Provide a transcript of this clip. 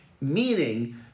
Meaning